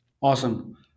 awesome